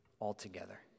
altogether